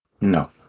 No